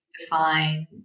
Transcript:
defined